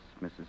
Mrs